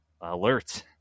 alert